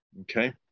okay